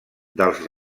dels